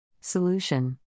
Solution